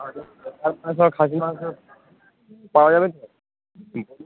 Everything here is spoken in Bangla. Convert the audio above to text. আচ্ছা খাসির মাংস পাওয়া যাবে তো